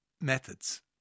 methods